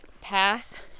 path